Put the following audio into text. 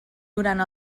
durant